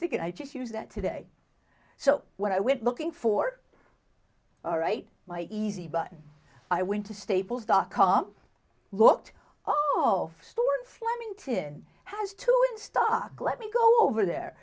thinking i just use that today so when i went looking for all right my easy button i went to staples dot com looked all stored flemington has two in stock let me go over there